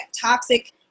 toxic